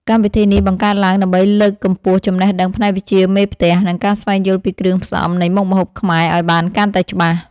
កម្មវិធីនេះបង្កើតឡើងដើម្បីលើកកម្ពស់ចំណេះដឹងផ្នែកវិជ្ជាមេផ្ទះ និងការស្វែងយល់ពីគ្រឿងផ្សំនៃមុខម្ហូបខ្មែរឱ្យបានកាន់តែច្បាស់។